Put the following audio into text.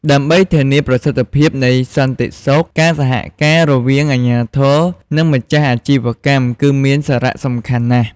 ដើម្បីធានាប្រសិទ្ធភាពនៃសន្តិសុខ ការសហការរវាងអាជ្ញាធរ និងម្ចាស់អាជីវកម្មគឺមានសារៈសំខាន់ណាស់។